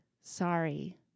sorry